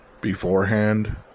beforehand